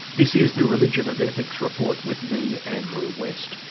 this is the religion and ethics report with me, andrew west